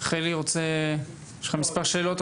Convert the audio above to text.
חילי, שמעתי שיש לך מספר שאלות?